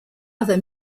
other